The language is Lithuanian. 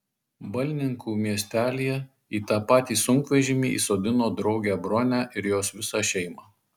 balninkų miestelyje į tą patį sunkvežimį įsodino draugę bronę ir jos visą šeimą